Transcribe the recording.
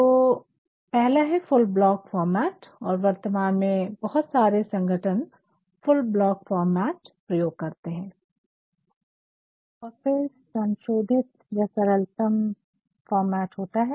तो पहला है फुल ब्लॉक फॉर्मेट और वर्तमान में बहुत सारे संगठन फुल ब्लॉक फॉर्मेट प्रयोग करते है और फिर संशोधित या सरलतम फॉर्मेट होता है